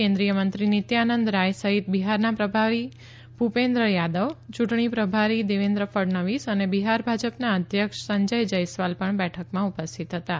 કેન્દ્રીય મંત્રી નિત્યાનંદ રાય સહિત બિહારના પ્રભારી ભૂપેન્દ્ર યાદવ ચૂં ણી પ્રભારી દેવેન્દ્ર ફડણવીસ અને બિહાર ભાજપના અધ્યક્ષ સંજય જયસ્વાલ પણ બેઠકમાં ઉપસ્થિત હતાં